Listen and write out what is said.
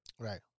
Right